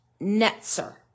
netzer